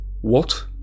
What